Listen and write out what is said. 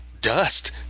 dust